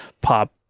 pop